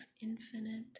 infinite